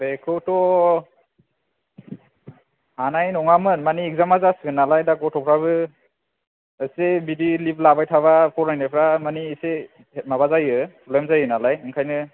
बेखौथ' हानाय नङामोन माने एगजाम आ जासिगोन नालाय दा गथ'फ्राबो एसे बिदि लिब लाबाय थाबा फरायनायफोरा मानि एसे माबा जायो फ्रब्लेम जायो नालाय बिखायनो